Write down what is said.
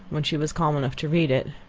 when she was calm enough to read it,